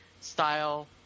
style